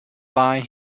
lie